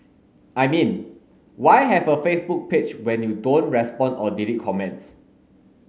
I mean why have a Facebook page when you don't respond or delete comments